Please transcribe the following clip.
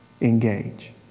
engage